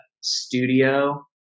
Studio